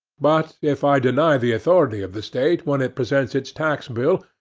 but, if i deny the authority of the state when it presents its tax bill,